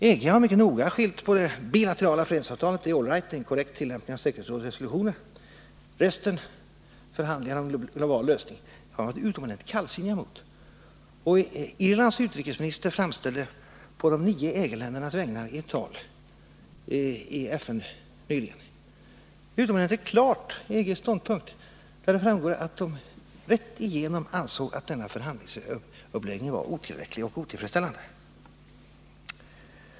EG har mycket noga skiljt på det bilaterala fredsavtalet, som man har sagt är all right och en korrekt tillämpning av säkerhetsrådets resolutioner, och förhandlingarna om en global lösning, som man har varit mycket kritisk mot. Irlands utrikesminister framställde på de nio EG-ländernas vägnar i ett tal i FN nyligen utomordentligt klart EG:s ståndpunkt, där det framgår att man rätt igenom anser att denna förhandlingsuppläggning är otillräcklig och otillfredsställande.